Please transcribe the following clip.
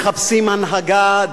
מחפשים הנהגה,